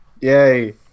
Yay